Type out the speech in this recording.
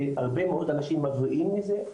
והרבה יותר אנשים מבריאים מזה,